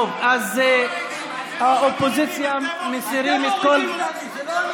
אתם מורידים.